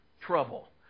trouble